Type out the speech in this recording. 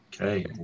Okay